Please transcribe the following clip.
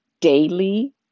daily